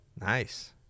Nice